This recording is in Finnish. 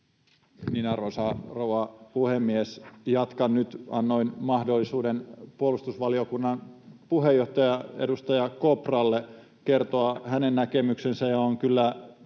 arvoisa rouva puhemies, jatkan nyt. Annoin mahdollisuuden puolustusvaliokunnan puheenjohtaja, edustaja Kopralle kertoa hänen näkemyksensä,